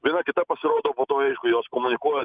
viena kita pasirodo po to aišku jos komunikuoja